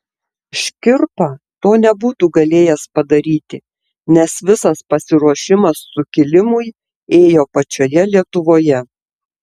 škirpa to nebūtų galėjęs padaryti nes visas pasiruošimas sukilimui ėjo pačioje lietuvoje